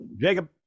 Jacob